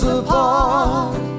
apart